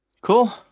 Cool